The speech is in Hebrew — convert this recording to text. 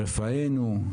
רפאנו,